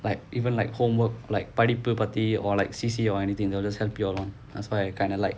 like even like homework like படிப்பு பத்தி:padipu paththi or like C_C_A or anything they will just help you along that's why I kind of like